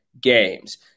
games